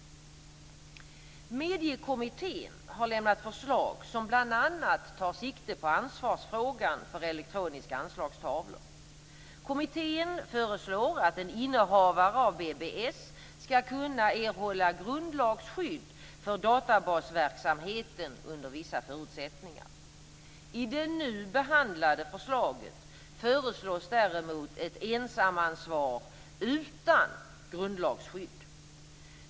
Mediekommittén har lämnat förslag som bl.a. tar sikte på ansvarsfrågan för elektroniska anslagstavlor. Kommittén föreslår att en innehavare av BBS skall kunna erhålla grundlagsskydd för databasverksamheten under vissa förutsättningar. I det nu behandlade förslaget föreslås däremot ett ensamansvar utan grundlagsskydd.